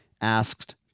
asked-